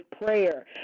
prayer